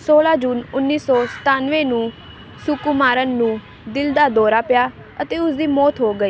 ਸੋਲ੍ਹਾਂ ਜੂਨ ਉੱਨੀ ਸੌ ਸਤਾਨਵੇਂ ਨੂੰ ਸੁਕੁਮਾਰਨ ਨੂੰ ਦਿਲ ਦਾ ਦੌਰਾ ਪਿਆ ਅਤੇ ਉਸਦੀ ਮੌਤ ਹੋ ਗਈ